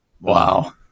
Wow